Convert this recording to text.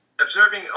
observing